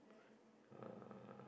uh